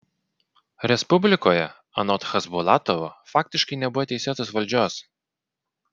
respublikoje anot chasbulatovo faktiškai nebuvo teisėtos valdžios